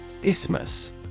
Isthmus